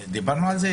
שדיברנו על זה,